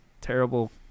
terrible